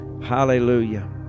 Hallelujah